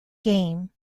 game